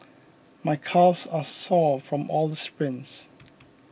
my calves are sore from all the sprints